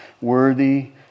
Worthy